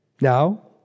Now